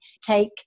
take